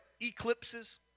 eclipses